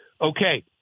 Okay